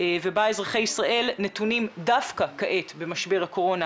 ובה אזרחי ישראל נתונים דווקא כעת במשבר הקורונה